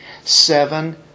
Seven